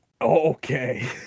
okay